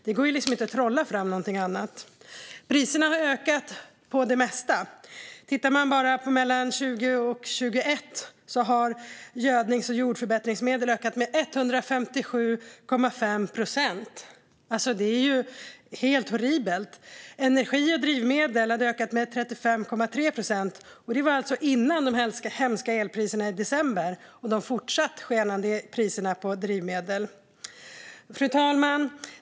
Det går inte att trolla fram någonting annat. Priserna har ökat på det mesta. Bara mellan 2020 och 2021 hade gödnings och jordförbättringsmedel ökat med 157,5 procent. Det är helt horribelt! Energi och drivmedel hade ökat med 35,3 procent, och det var alltså innan de hemska elpriserna i december och de fortsatt skenande priserna på drivmedel. Fru talman!